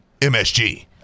MSG